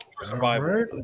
survival